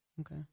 Okay